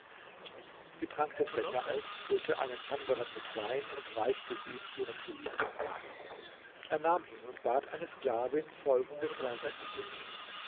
sie trank den becher aus füllte einen anderen mit wein und reichte ihn ihrem geliebten ali er nahm ihn und bat eine sklavin folgende verse zu singen